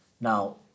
now